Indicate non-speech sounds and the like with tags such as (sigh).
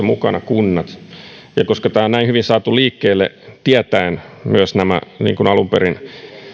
(unintelligible) mukana kunnat koska tämä on näin hyvin saatu liikkeelle tietäen myös nämä alun perin